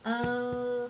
um